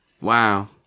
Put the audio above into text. Wow